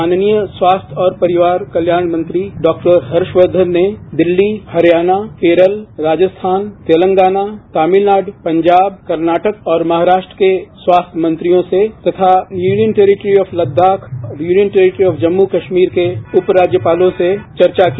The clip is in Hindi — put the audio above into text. माननीय स्वास्थ्य और परिवार कल्याण मंत्री डॉ हर्षकर्षन ने दिल्ली हरियाणा केरल राजस्थान तेलंगाना तमिलनाडु पंजाब कर्नाटक और महाराष्ट्र के स्वास्थ्य मंत्रियों से तथा union territory of Ladakh union territory के जम्मू और कस्मीर के रपराण्यपालों से चर्चा की